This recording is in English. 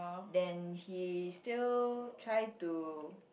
then he still tries to